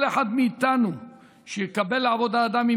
כל אחד מאיתנו שיקבל לעבודה אדם עם